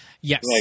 Yes